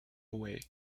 away